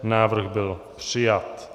Návrh byl přijat.